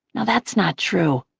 no, that's not true.